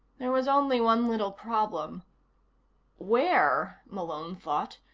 there was only one little problem where, malone thought,